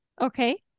Okay